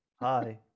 Hi